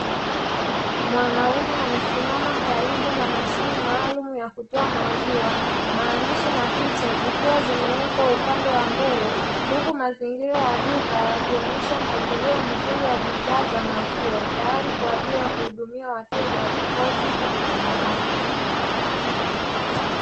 Mwanaume amesimama karibu na mashine maalumu ya kutoa maziwa, maandishi na picha zikiwa zimewekwa upande wa mbele, huku mazingira ya duka yakionyesha mpangilio mzuri wa bidhaa za maziwa tayari kwa ajili ya kuhudumia wateja watakaofika dukani hapo.